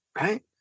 right